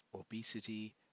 obesity